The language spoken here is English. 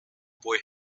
boy